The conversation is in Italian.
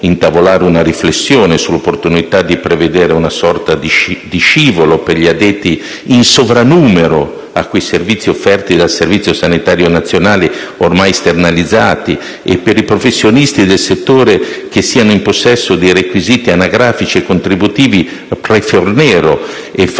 intavolare una riflessione sull'opportunità di prevedere una sorta di scivolo per gli addetti in sovrannumero a quei servizi offerti dal Servizio sanitario nazionale ormai esternalizzati e per i professionisti del settore che siano in possesso dei requisiti anagrafici e contributivi pre-riforma Fornero e facciano